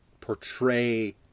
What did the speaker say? portray